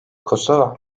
kosova